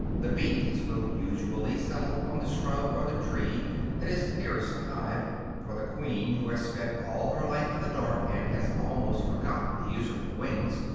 the bees will usually settle on the shrub or the tree that is nearest the hive for the queen, who has spent all her life in the dark and has almost forgotten the use of her wings,